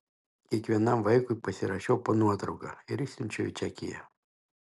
kiekvienam vaikui pasirašiau po nuotrauka ir išsiunčiau į čekiją